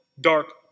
dark